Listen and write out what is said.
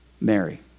Mary